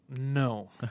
No